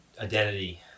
identity